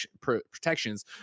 protections